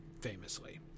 famously